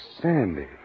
Sandy